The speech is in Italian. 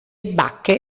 bacche